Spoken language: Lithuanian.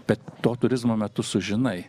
bet to turizmo metu sužinai